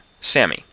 Sammy